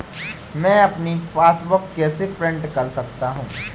मैं अपनी पासबुक कैसे प्रिंट कर सकता हूँ?